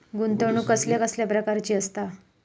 गुंतवणूक कसल्या कसल्या प्रकाराची असता?